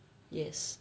yes